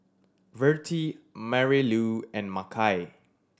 Vertie Marylou and Makai